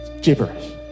gibberish